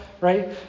right